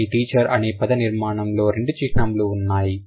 కానీ టీచర్ అనే పద నిర్మాణం లో రెండు చిహ్నములు ఉన్నాయి